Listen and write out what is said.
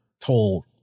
told